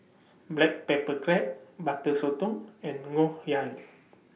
Black Pepper Crab Butter Sotong and Ngoh Hiang